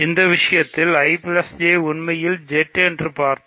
இந்த விஷயத்தில் I J உண்மையில் Z என்று பார்த்தோம்